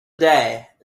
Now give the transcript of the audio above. day